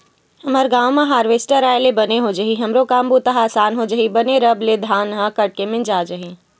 हमर गांव म हारवेस्टर आय ले बने हो जाही हमरो काम बूता ह असान हो जही बने रब ले धान ह कट के मिंजा जाही